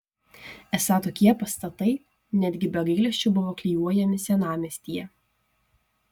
esą tokie pastatai netgi be gailesčio buvo klijuojami senamiestyje